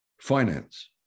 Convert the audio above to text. finance